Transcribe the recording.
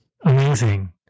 Amazing